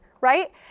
right